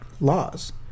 Laws